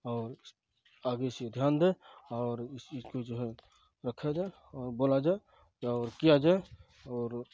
اور آگے سے دھیان دیں اور اس چیز کو جو ہے رکھا جائے اور بولا جائے اور کیا جائے اور